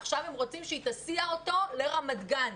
עכשיו הם רוצים שהיא תסיע אותו לרמת גן.